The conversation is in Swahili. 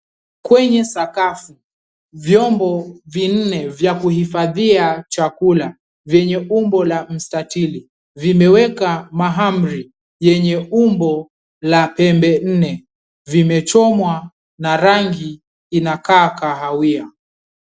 Kwenye sakafu vyombo vinne vya kuhifadhia chakula vyenye umbo la mstatili vimeweka mahamri yenye umbo la pembe nne, vimechomwa na rangi inakaa kahawia.